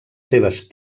seves